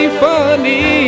funny